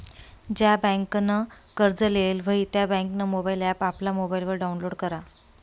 ज्या बँकनं कर्ज लेयेल व्हयी त्या बँकनं मोबाईल ॲप आपला मोबाईलवर डाऊनलोड करा